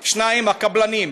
2. הקבלנים,